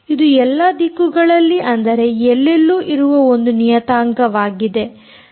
ಇದು ಎಲ್ಲಾ ದಿಕ್ಕುಗಳಲ್ಲಿ ಅಂದರೆ ಎಲ್ಲೆಲ್ಲೂ ಇರುವ ಒಂದು ನಿಯತಾಂಕವಾಗಿದೆ